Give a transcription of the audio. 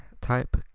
type